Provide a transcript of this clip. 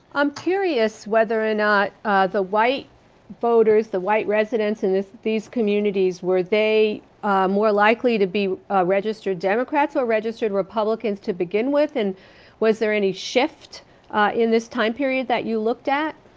i'm curious whether or not the white voters, the white residents in these communities, were they more likely to be registered democrats or registered republicans to begin with? and was there any shift in this time period that you looked at?